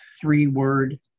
three-word